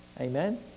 Amen